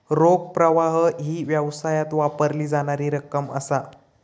रोख प्रवाह ही व्यवसायात वापरली जाणारी रक्कम असा